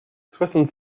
soixante